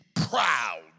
proud